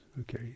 okay